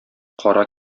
кара